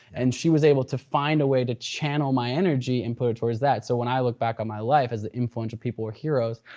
and she was able to find a way to channel my energy and put it towards that. so when i look back on my life as the influential people or heroes.